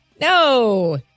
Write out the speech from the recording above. No